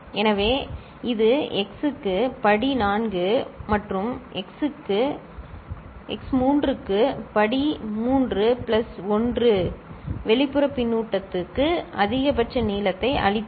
எனவே இது x க்கு படி 4 மற்றும் x 3 க்கு படி 3 பிளஸ் 1 வெளிப்புற பின்னூட்டத்துக்கு அதிகபட்ச நீளத்தை அளித்தது